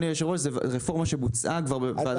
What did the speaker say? זו רפורמה שבוצעה כבר בוועדת כספים.